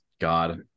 God